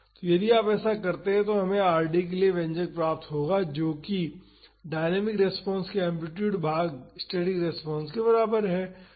तो यदि आप ऐसा करते हैं तो हमें Rd के लिए व्यंजक प्राप्त होगा जो कि डायनामिक रेस्पॉन्स के एम्पलीटूड भाग स्टैटिक रेस्पॉन्स के बराबर होगा